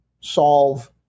solve